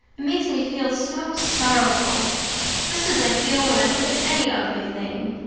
it makes me feel so sorrowful just as i feel when i look at any ugly thing.